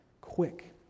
quick